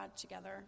together